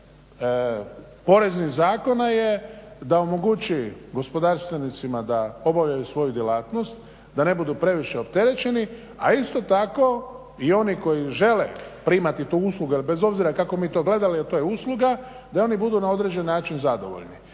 dakle poreznih zakona da omogući gospodarstvenicima da obavljaju svoju djelatnost, da ne budu previše opterećeni. A isto tako i oni koji žele primati tu uslugu, jer bez obzira kako mi to gledali jer to je usluga, da oni budu na određeni način zadovoljni.